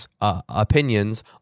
Opinions